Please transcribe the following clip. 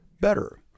better